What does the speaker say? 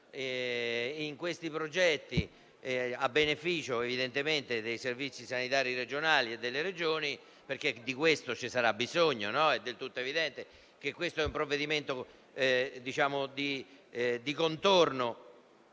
in questi progetti, a beneficio evidentemente dei servizi sanitari regionali e delle Regioni (perché di questo ci sarà bisogno, è del tutto evidente che questo è un provvedimento di contorno,